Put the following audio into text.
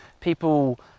people